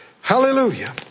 hallelujah